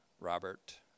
Robert